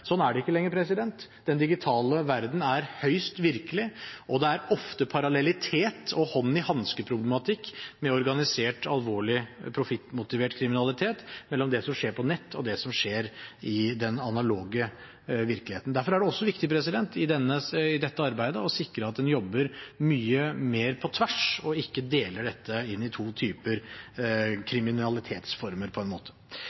Sånn er det ikke lenger, den digitale verden er høyst virkelig, og det er ofte parallellitet og hånd-i-hanske-problematikk med organisert alvorlig profittmotivert kriminalitet mellom det som skjer på nett, og det som skjer i den analoge virkeligheten. Derfor er det også viktig i dette arbeidet å sikre at en jobber mye mer på tvers, og ikke på en måte deler dette inn i to typer